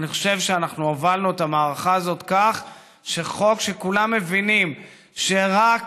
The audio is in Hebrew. אני חושב שאנחנו הובלנו את המערכה הזאת כך שחוק שכולם מבינים שרק